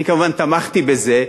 אני כמובן תמכתי בזה,